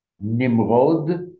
Nimrod